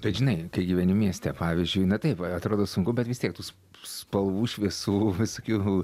bet žinai kai gyveni mieste pavyzdžiui na taip atrodo sunku bet vis tiek tų spalvų šviesų visokių